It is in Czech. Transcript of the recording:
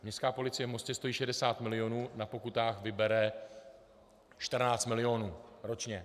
Městská policie v Mostě stojí 60 milionů, na pokutách vybere 14 milionů ročně.